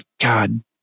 God